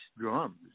drums